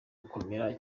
gukomera